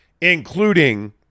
including